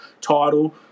title